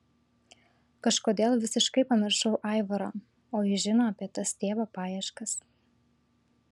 kažkodėl visiškai pamiršau aivarą o jis žino apie tas tėvo paieškas